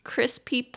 Crispy